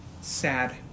sad